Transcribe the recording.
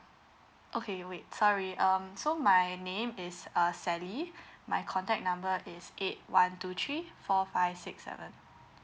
okay wait sorry um so my name is uh sally my contact number is eight one two three four five six seven